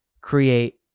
create